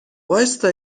وایستا